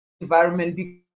environment